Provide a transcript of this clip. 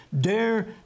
Dare